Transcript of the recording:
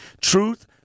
Truth